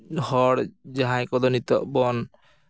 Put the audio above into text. ᱦᱚᱲ ᱡᱟᱦᱟᱸᱭ ᱠᱚᱫᱚ ᱱᱤᱛᱚᱜ ᱵᱚᱱ